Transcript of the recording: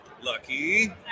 Lucky